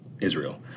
Israel